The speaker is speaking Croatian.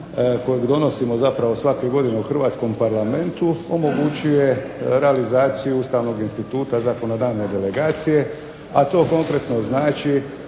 kojeg donosimo zapravo svake godine u Hrvatskom parlamentu omogućio je realizaciju ustavnog instituta zakonodavne delegacije, a to konkretno znači